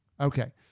Okay